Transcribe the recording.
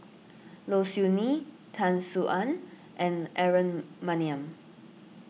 Low Siew Nghee Tan Sin Aun and Aaron Maniam